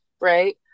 right